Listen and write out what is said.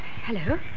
Hello